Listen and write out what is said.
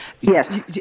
Yes